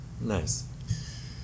nice